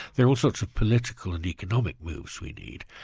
there are all sorts of political and economic moves we need.